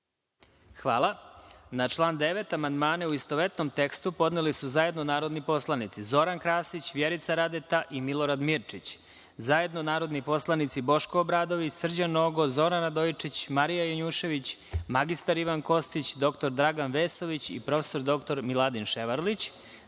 Hvala. Na član 9. amandmane, u istovetnom tekstu, podneli su zajedno narodni poslanici Zoran Krasić, Vjerica Radeta i Milorad Mirčić, zajedno narodni poslanici Boško Obradović, Srđan Nogo, Zoran Radojičić, Marija Janjušević, mr Ivan Kostić, dr Dragan Vesović i prof. dr Miladin Ševarlić,